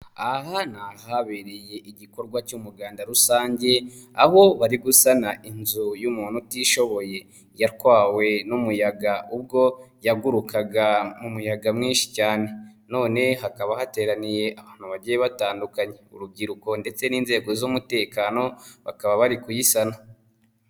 Aha ni ahabereye igikorwa cy'umuganda rusange, aho bari gusana inzu y'umuntu utishoboye yatwawe n'umuyaga ubwo yagurukaga m'umuyaga mwinshi cyane, none hakaba hateraniye abantu bagiye batandukanye, urubyiruko ndetse n'inzego z'umutekano bakaba bari kuyisana.